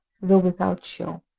though without show.